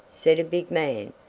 said a big man,